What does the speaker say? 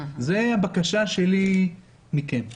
זאת הבקשה שלי מכם.